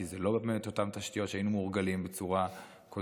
כי זה לא באמת אותן תשתיות שהיינו מורגלים בצורה הקודמת,